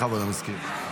בכבוד, המזכיר.